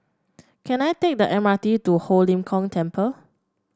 can I take the M R T to Ho Lim Kong Temple